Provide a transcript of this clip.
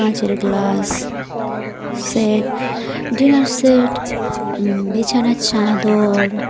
কাঁচের glass set dinner set বিছানার চাদর